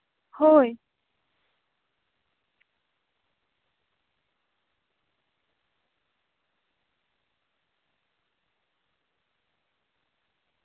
ᱦᱳᱭ